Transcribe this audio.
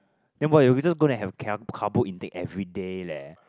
then what you're just gonna to have carbo intake everyday leh